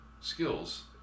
skills